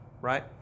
right